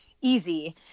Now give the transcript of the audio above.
easy